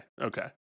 okay